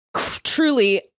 truly